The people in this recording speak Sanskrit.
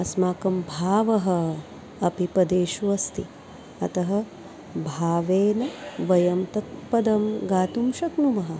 अस्माकं भावः अपि पदेषु अस्ति अतः भावेन वयं तत् पदं गातुं शक्नुमः